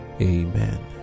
Amen